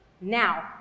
Now